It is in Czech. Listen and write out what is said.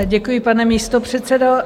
Děkuji, pane místopředsedo.